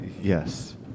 yes